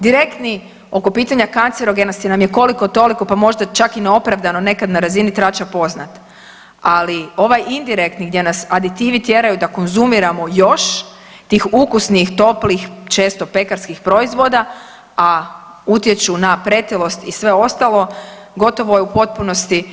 Direktni oko pitanja kancerogenosti nam je koliko toliko pa možda čak i neopravdano nekad na razini trača poznat, ali ovaj indirektni gdje nas aditivi tjeraju da konzumiramo još tih ukusnih toplih često pekarskih proizvoda, a utječu na pretilost i sve ostalo gotovo je u potpunosti